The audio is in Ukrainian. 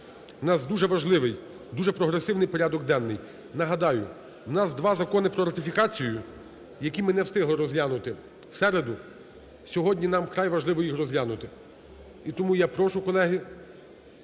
У нас дуже важливий, дуже прогресивний порядок денний. Нагадаю, у нас два закони про ратифікацію, які ми не встигли розглянути в середу, сьогодні нам вкрай важливо їх розглянути. І тому я прошу, колеги,